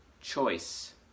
choice